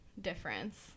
difference